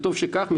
וטוב שכך,